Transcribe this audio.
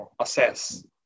assess